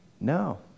No